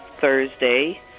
Thursday